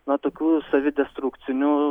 na tokių savi destrukcinių